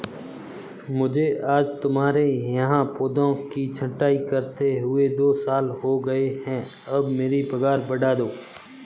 मुझे आज तुम्हारे यहाँ पौधों की छंटाई करते हुए दो साल हो गए है अब मेरी पगार बढ़ा दो